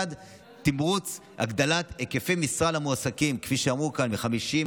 חטופים ועל מורה באונר"א שמסייע להחזקת חטופים